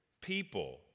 people